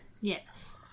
Yes